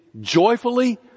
joyfully